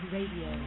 Radio